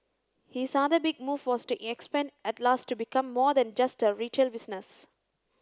his other big move was to expand Atlas to become more than just a retail business